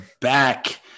back